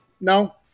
no